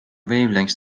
wavelengths